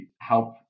help